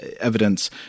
evidence